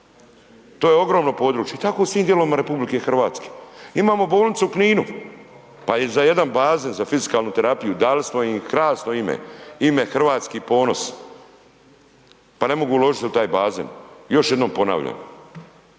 to je ogromno područje i tako u svim dijelovima RH. Imamo bolnicu u Kninu, pa i za jedan bazen, za fiskalnu terapiju, dali smo im krasno ime, ime Hrvatski ponos, pa ne mogu uložiti u taj bazen. Još jednom ponavljam,